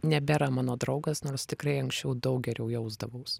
nebėra mano draugas nors tikrai anksčiau daug geriau jausdavaus